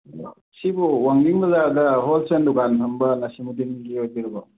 ꯁꯤꯕꯨ ꯋꯥꯡꯖꯤꯡ ꯕꯖꯥꯔꯗ ꯍꯣꯜꯁꯦꯜ ꯗꯨꯀꯥꯟ ꯐꯝꯕ ꯅꯁꯤꯃꯨꯗꯤꯟꯒꯤ ꯑꯣꯏꯕꯤꯔꯕꯣ